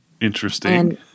interesting